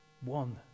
One